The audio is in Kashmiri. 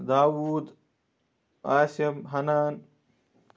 داوٗد آسِم ہَنان